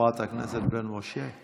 חברת הכנסת בן משה,